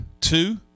two